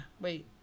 Wait